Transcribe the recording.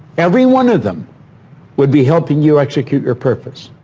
every one of them would be helping you execute your purpose.